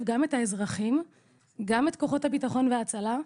גם את האזרחים וגם את כוחות הביטחון וההצלה.